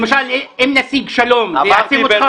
למשל, אם נשיג שלום, זה יעציב אותך?